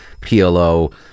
PLO